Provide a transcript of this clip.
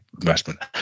investment